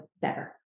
better